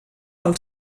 pel